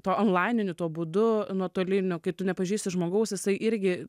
tuo onlaininiu tuo būdu nuotoliniu kai tu nepažįsti žmogaus jisai irgi